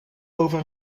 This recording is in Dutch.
over